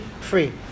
free